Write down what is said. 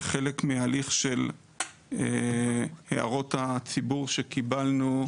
כחלק מהליך של הערות הציבור שקיבלנו,